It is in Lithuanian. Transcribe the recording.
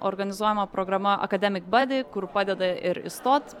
organizuojama programa akademik badi kur padeda ir įstot